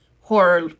horror